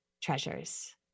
treasures